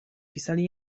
pisali